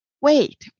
wait